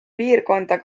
piirkonda